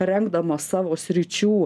rengdamos savo sričių